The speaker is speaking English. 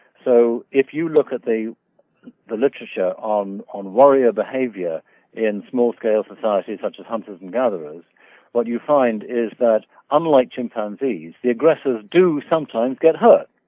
so if you look at the literature on on warrior behavior in small scale societies such as hunters and gatherers what you find is that unlike chimpanzees the aggressors do sometimes get hurt.